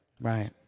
Right